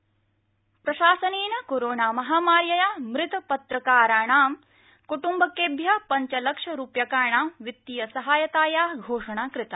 लोकसभा पत्रकार प्रशासनेन कोरोणा महामार्यया मृत पत्रकाराणां कृटम्बकेभ्यः पंचलक्षरुप्यकाणां वित्तीय सहायताया घोषणा कृता